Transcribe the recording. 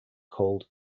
called